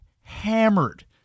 hammered